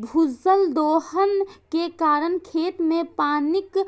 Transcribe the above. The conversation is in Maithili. भूजल दोहन के कारण खेत मे पानिक